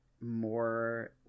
more